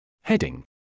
Heading